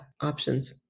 options